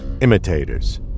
Imitators